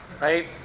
right